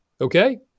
Okay